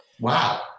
Wow